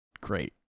great